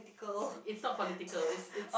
it's not political it's it's